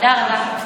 תודה רבה.)